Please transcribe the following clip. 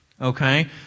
Okay